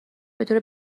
بطور